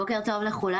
בוקר טוב לכולם.